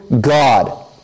God